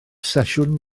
sesiwn